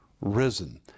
risen